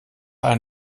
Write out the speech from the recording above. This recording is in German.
ein